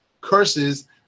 curses